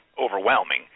overwhelming